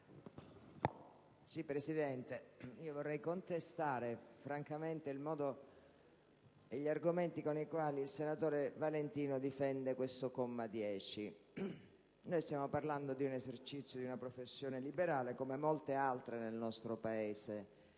francamente vorrei contestare il modo e gli argomenti con i quali il senatore Valentino difende il comma 10. Stiamo parlando dell'esercizio di una professione liberale, come molte altre nel nostro Paese